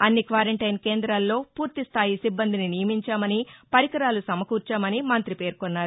అన్ని క్వారంటైన్ కేంద్రాల్లో పూర్తిస్థాయి సిబ్బందిని నియమించామని పరికరాలు సమకూర్చామని మంత్రి పేర్కొన్నారు